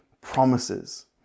promises